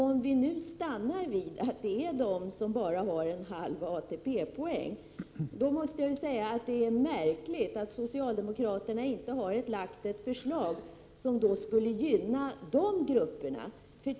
Om vi nu stannar vid att det är de som har bara en halv ATP-poäng, måste jag säga att det är märkligt att socialdemokraterna inte har lagt fram ett förslag som skulle gynna den gruppen.